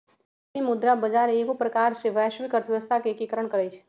विदेशी मुद्रा बजार एगो प्रकार से वैश्विक अर्थव्यवस्था के एकीकरण करइ छै